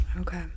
Okay